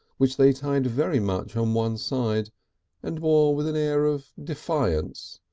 which they tied very much on one side and wore with an air of defiance.